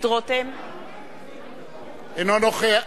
אינו נוכח.